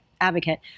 advocate